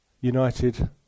united